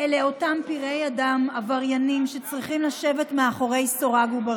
אתה מפריע לנו, אני קורא אותך לסדר פעם